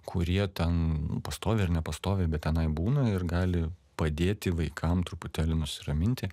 kurie ten pastoviai ar nepastoviai bet tenai būna ir gali padėti vaikam truputėlį nusiraminti